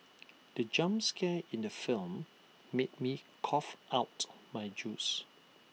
the jump scare in the film made me cough out my juice